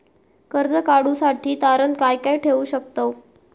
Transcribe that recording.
कर्ज काढूसाठी तारण काय काय ठेवू शकतव?